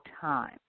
time